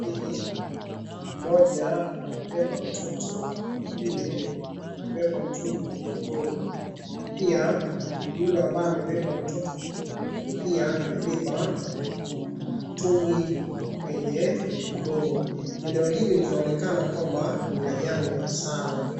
Hili mmoja amebeba mtoto na mwingine amebeba mtungi kwenye mgongo, pia yule ambaye amebeba mtoto pia amebeba mtungi kwenye mgongo. Eneo hili linaonekana kwamba ni la jangwa sana.